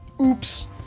Oops